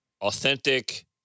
authentic